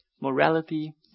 morality